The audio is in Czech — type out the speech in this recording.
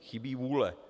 Chybí vůle.